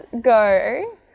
go